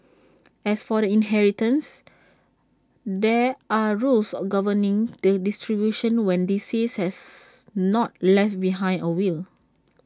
as for the inheritance there are rules governing the distribution when the deceased has not left behind A will